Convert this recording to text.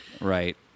Right